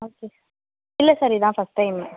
okay சா இல்லை sir இதான் ஃபர்ஸ்ட் டைமு